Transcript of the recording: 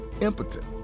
impotent